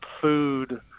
food